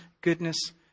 goodness